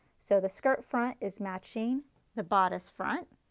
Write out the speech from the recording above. so the skirt front is matching the bodice front.